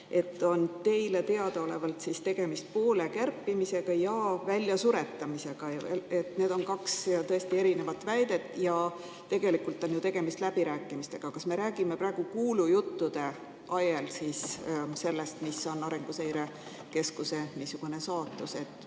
et teile teadaolevalt on tegemist [pooles ulatuses] kärpimisega ja väljasuretamisega. Need on kaks täiesti erinevat väidet. Ja tegelikult on ju tegemist läbirääkimistega. Kas me räägime praegu siis kuulujuttude ajel sellest, mis on Arenguseire Keskuse saatus?